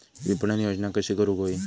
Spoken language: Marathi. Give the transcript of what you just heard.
विपणन योजना कशी करुक होई?